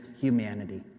humanity